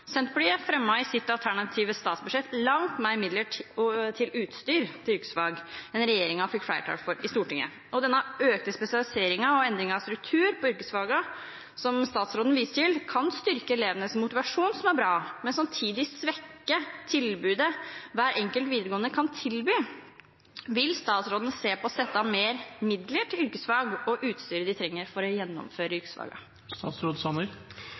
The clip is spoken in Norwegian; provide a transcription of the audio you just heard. Senterpartiet fremmet i sitt alternative statsbudsjett langt mer midler til utstyr til yrkesfag enn det regjeringen fikk flertall for i Stortinget. Den økte spesialiseringen og endringen av struktur i yrkesfagene, som statsråden viste til, kan styrke elevenes motivasjon – som er bra – men samtidig svekke tilbudet hver enkelt videregående skole kan tilby. Vil statsråden se på det å sette av mer midler til yrkesfagene og utstyret en trenger for å gjennomføre